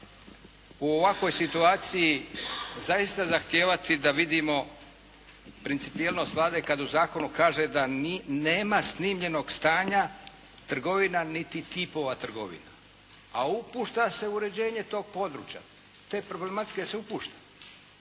u ovakvoj situaciji zaista zahtijevati da vidimo principijelnost Vlade kad u zakonu kaže da nema snimljenog stanja trgovina niti tipova trgovina a upušta se u uređenje tog područja. U te problematike se upušta.